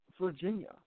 Virginia